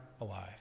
alive